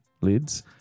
lids